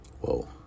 Whoa